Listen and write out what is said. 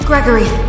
Gregory